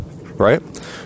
right